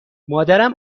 مادرم